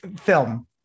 film